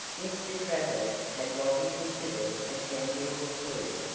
mr. travers had what he considered a tangible clew.